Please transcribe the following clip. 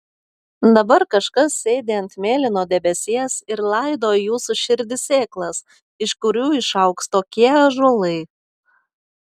dabar kažkas sėdi ant mėlyno debesies ir laido į jūsų širdį sėklas iš kurių išaugs tokie ąžuolai